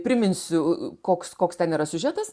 priminsiu koks koks ten yra siužetas